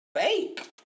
fake